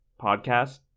podcast